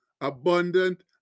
abundant